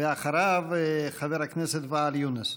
ואחריו, חבר הכנסת ואאל יונס.